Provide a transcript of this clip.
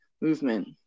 movement